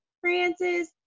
francis